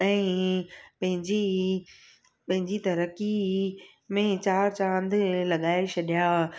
ऐं पंहिंजी पंहिंजी तरक़ी में चार चांद लॻाए छॾिया